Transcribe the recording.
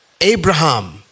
Abraham